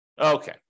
Okay